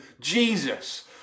jesus